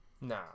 Nah